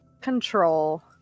control